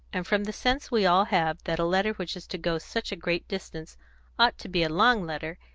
and from the sense we all have that a letter which is to go such a great distance ought to be a long letter,